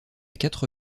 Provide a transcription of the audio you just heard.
quatre